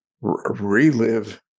relive